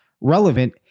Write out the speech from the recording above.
relevant